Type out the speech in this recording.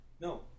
No